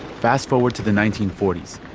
fast forward to the nineteen forty s.